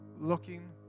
looking